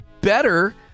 better